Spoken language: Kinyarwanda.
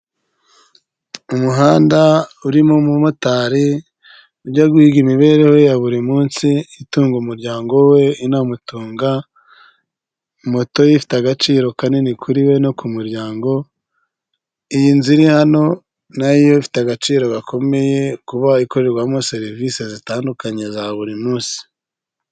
Umuhanda urimo umumotari ujya guhiga imibereho ya buri munsi itunga umuryango we inamutunga moto ifite agaciro kanini kuri we no ku muryango iyi nzi ni hano nayo ifite agaciro gakomeye kuba ikorerwamo serivisi zitandukanye za buri munsi.